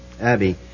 Abby